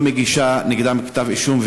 לא מגישה נגדם כתב אישום,